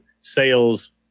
sales